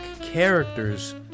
characters